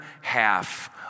half